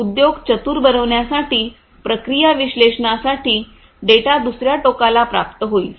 उद्योग चतुर बनविण्यासाठी प्रक्रिया विश्लेषणासाठी डेटा दुसर्या टोकाला प्राप्त होईल